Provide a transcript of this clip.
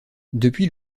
depuis